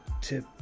tip